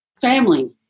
family